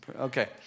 Okay